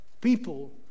people